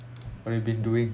what you have been doing